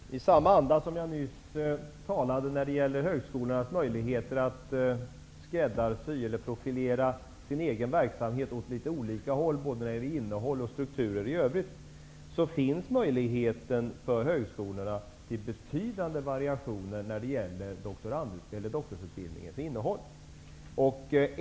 Herr talman! I samma anda som jag nyss talade när det gällde högskolornas möjligheter att skräddarsy eller profilera sin egen verksamhet åt litet olika håll, både när det gäller innehåll och sturkturer i övrigt, finns möjligheten för högskolorna till betydande variationer när det gäller doktorsutbildningens innehåll.